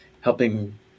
helping